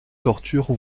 torture